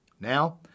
Now